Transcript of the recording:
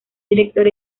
director